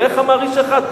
ואיך אמר איש אחד?